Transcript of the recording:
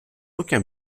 aucun